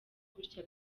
gutya